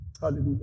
Hallelujah